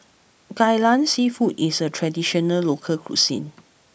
Kai Lan seafood is a traditional local cuisine